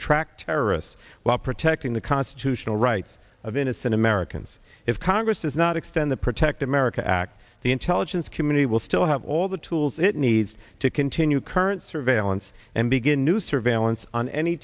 track terrorists while protecting the constitutional rights of innocent americans if congress does not extend the protect america act the intelligence community will still have all the tools it needs to continue current surveillance and begin new surveillance on any